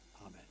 Amen